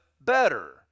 better